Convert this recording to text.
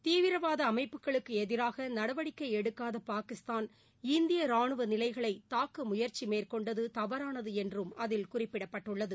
தீவரவாதஅமைப்புகளுக்குஎதிராகநடவடிக்கைஎடுக்காதபாகிஸ்தான் இந்தியரானுவநிலைகளைதாக்கமுயற்சிமேற்கொண்டதுதவறானதுஎன்றும் அதில் குறிப்பிடப்பட்டுள்ளது